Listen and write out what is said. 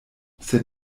sed